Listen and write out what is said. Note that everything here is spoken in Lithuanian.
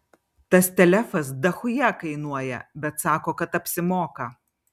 tas telefas dachuja kainuoja bet sako kad apsimoka